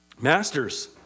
Masters